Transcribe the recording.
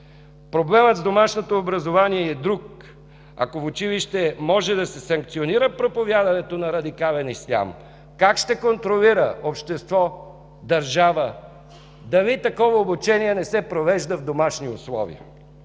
Проблемът с домашното образование е и друг. Ако в училище може да се санкционира проповядването на радикален ислям, как ще контролира общество, държава дали такова обучение не се провежда в домашни условия?!